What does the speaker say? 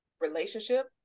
relationship